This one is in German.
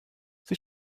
sie